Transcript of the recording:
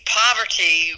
poverty